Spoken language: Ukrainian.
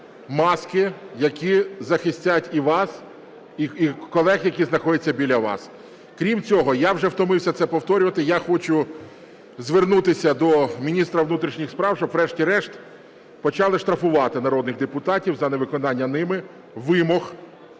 маски, які захистять і вас, і колег, які знаходять біля вас. Крім того, я втомився це повторювати, я хочу звернутися до міністра внутрішніх справ, щоб, врешті-решт почали штрафувати народних депутатів за невиконання ними вимог,